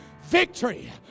Victory